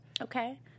Okay